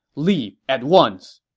leave at once!